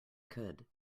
could